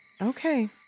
Okay